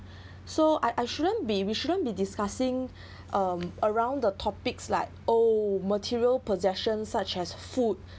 so I I shouldn't be we shouldn't be discussing um around the topics like oh material possessions such as food